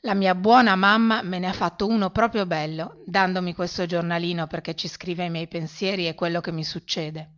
la mia buona mamma me ne ha fatto uno proprio bello dandomi questo giornalino perché ci scriva i miei pensieri e quello che mi succede